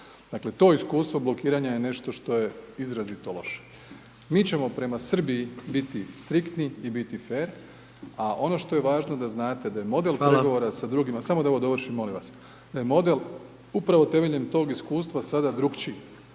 Dakle, to iskustvo blokiranja je nešto što je izrazito loše. Mi ćemo prema Srbiji biti striktni i biti fer, a ono što je važno da znate da je model pregovora …/Upadica: Hvala./… sa drugima, samo da ovo dovršim molim vas, da je model upravo temeljem tog iskustva sada drukčiji,